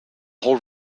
whole